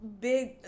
Big